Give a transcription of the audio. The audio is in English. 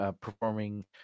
performing